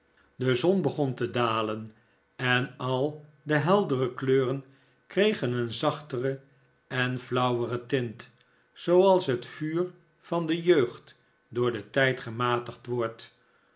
de zon begon te dalen en al deze heldere kleuren kregen een zachtere en flauwere tint zooals het vuur van de jeugd door den tijd gematigd wordt